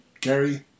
Gary